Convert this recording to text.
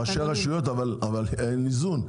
ראשי רשויות אבל אין איזון.